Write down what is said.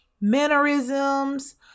mannerisms